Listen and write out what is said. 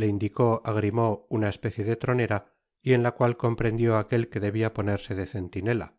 le indicó á grimaud una especie de tronera y en la cual comprendió aquel que debia ponerse de centinela